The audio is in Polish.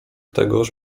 tegoż